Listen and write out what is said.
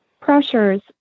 pressures